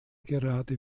gerade